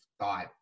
thought